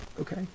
Okay